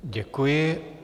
Děkuji.